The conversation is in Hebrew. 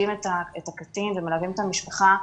כשמייצגים את הקטין ומלווים את המשפחה,